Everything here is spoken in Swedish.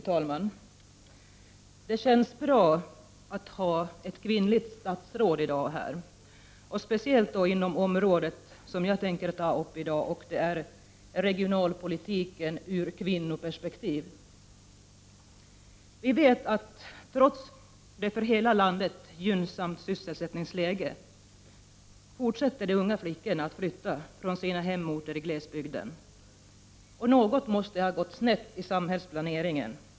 Fru talman! Det känns bra att ha ett kvinnligt statsråd närvarande i kammaren i dag, speciellt vid en debatt om det område som jag tänker beröra, nämligen regionalpolitiken ur kvinnoperspektiv. Trots det för hela landet gynnsamma sysselsättningsläget kan vi konstatera att de unga flickorna fortsätter att flytta från sina hemorter i glesbygden. Något måste ha gått snett i samhällsplaneringen.